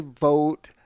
vote –